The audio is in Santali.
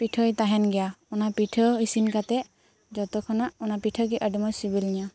ᱯᱤᱴᱷᱟᱹᱭ ᱛᱟᱦᱮᱱ ᱜᱮᱭᱟ ᱚᱱᱟ ᱯᱤᱴᱷᱟᱹ ᱤᱥᱤᱱ ᱠᱟᱛᱮᱫ ᱡᱚᱛᱚ ᱠᱷᱚᱱᱟᱜ ᱚᱱᱟ ᱯᱤᱴᱷᱟᱹᱜᱮ ᱟᱹᱰᱤ ᱢᱚᱸᱡᱽ ᱥᱤᱵᱤᱞᱤᱧᱟᱹ